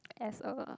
as a